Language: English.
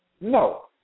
No